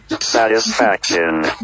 satisfaction